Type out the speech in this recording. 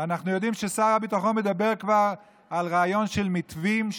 אנחנו יודעים ששר הביטחון מדבר כבר על רעיון של מתווים,